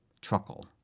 Truckle